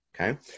okay